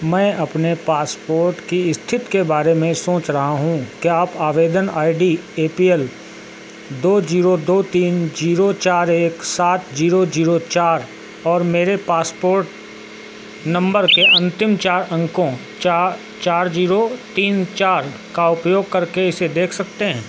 मैं अपने पासपोर्ट की स्तिथि के बारे में सोच रहा हूँ क्या आप आवेदन I D A P L दो जीरो दो तीन जीरो चार एक सात जीरो जीरो चार और मेरे पासपोर्ट नंबर के अंतिम चार अंकों चार चार जीरो तीन चार का उपयोग करके इसे देख सकते हैं